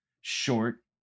short